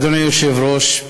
אדוני היושב-ראש,